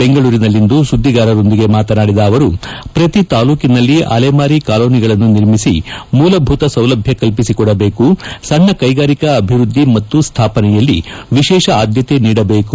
ಬೆಂಗಳೂರಿನಲ್ಲಿಂದು ಸುದ್ದಿಗಾರರೊಂದಿಗೆ ಮಾತನಾಡಿದ ಅವರು ಪ್ರತಿ ತಾಲೂಕಿನಲ್ಲಿ ಅಲೆಮಾರಿ ಕಾಲೋನಿಗಳನ್ನು ನಿರ್ಮಿಸಿ ಮೂಲಭೂತ ಸೌಲಭ್ದ ಕಲ್ಪಿಸಿ ಕೊಡಬೇಕು ಸಣ್ವ ಕೈಗಾರಿಕಾ ಅಭಿವೃದ್ದಿ ಮತ್ತು ಸ್ಥಾಪನೆಯಲ್ಲಿ ವಿಶೇಷ ಆದ್ದತೆ ನೀಡಬೇಕು